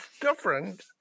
different